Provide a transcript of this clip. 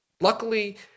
Luckily